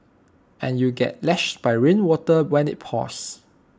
and you'd get lashed by rainwater when IT pours